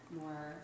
more